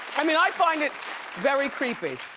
i mean i find it very creepy.